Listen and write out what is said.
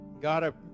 God